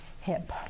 hip